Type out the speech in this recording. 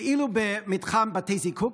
ואילו במתחם בתי הזיקוק,